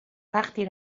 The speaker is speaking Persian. وقتی